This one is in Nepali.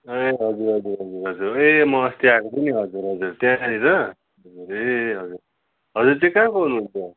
ए हजुर हजुर हजुर ए म अस्ति आएको थिएँ नि हजुर हजुर त्यहाँनिर ए हजुर हजुर चाहिँ कहाँको हुनुहुन्छ